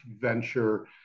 venture